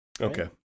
Okay